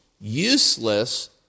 useless